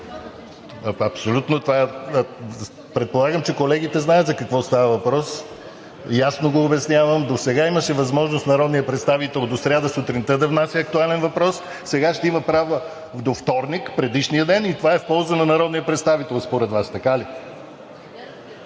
реплики.) Предполагам, че колегите знаят за какво става въпрос. Ясно го обяснявам. Досега имаше възможност народният представител до сряда сутринта да внася актуален въпрос, сега ще има право до вторник – предишния ден, и това е в полза на народния представител според Вас, така ли?!